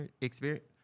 experience